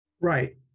right